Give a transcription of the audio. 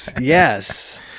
yes